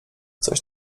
coś